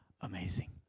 amazing